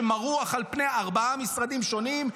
שמרוח על פני ארבעה משרדים שונים,